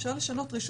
אפשר לשנות רישום,